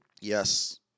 Yes